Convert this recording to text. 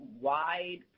wide